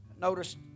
noticed